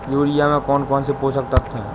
Urea में कौन कौन से पोषक तत्व है?